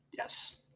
Yes